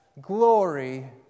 glory